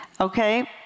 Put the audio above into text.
Okay